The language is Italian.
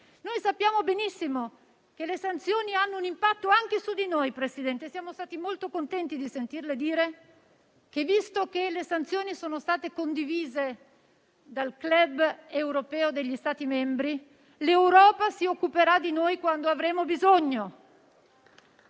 Noi sappiamo benissimo che le sanzioni hanno un impatto anche su di noi, signor Presidente del Consiglio, e siamo stati molto contenti di sentirle dire che, visto che le sanzioni sono state condivise dal *club* europeo degli Stati membri, l'Europa si occuperà di noi quando ne avremo bisogno